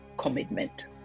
commitment